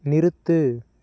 நிறுத்து